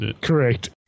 correct